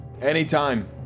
Anytime